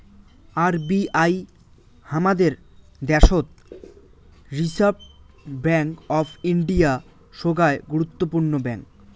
RBI হামাদের দ্যাশোত reserve bank of India, সোগায় গুরুত্বপূর্ণ ব্যাঙ্ক